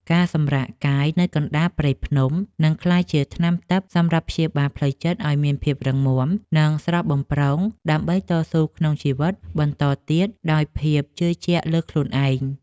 ការសម្រាកកាយនៅកណ្ដាលព្រៃភ្នំនឹងក្លាយជាថ្នាំទិព្វសម្រាប់ព្យាបាលផ្លូវចិត្តឱ្យមានភាពរឹងមាំ និង ស្រស់បំព្រងដើម្បីតស៊ូក្នុងជីវិតបន្តទៀតដោយភាពជឿជាក់លើខ្លួនឯង។